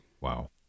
Wow